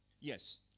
Yes